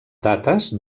dates